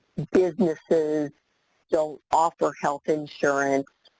businesses don't offer health insurance.